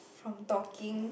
from talking